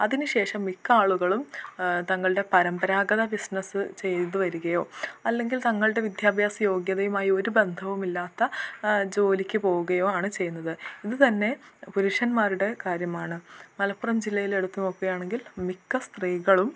അതിനുശേഷം മിക്ക ആളുകളും തങ്ങളുടെ പരമ്പരാഗത ബിസ്നസ്സ് ചെയ്തുവരികയോ അല്ലെങ്കിൽ തങ്ങളുടെ വിദ്യാഭ്യാസ യോഗ്യതയുമായി ഒരു ബന്ധവുമില്ലാത്ത ജോലിക്ക് പോവുകയോ ആണ് ചെയ്യുന്നത് ഇത് തന്നെ പുരുഷന്മാരുടെ കാര്യമാണ് മലപ്പുറം ജില്ലയിലെടുത്തു നോക്കുകയാണെങ്കിൽ മിക്ക സ്ത്രീകളും